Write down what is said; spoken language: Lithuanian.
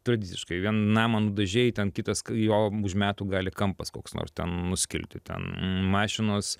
tradiciškai namą nudažei ten kitas jo metu gali kampas koks nors ten nuskilti ten mašinos